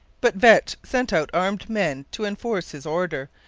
but vetch sent out armed men to enforce his order,